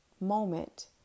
moment